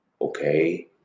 okay